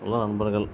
எல்லாம் நண்பர்கள்